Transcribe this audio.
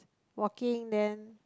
walking then